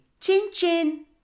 Chin-chin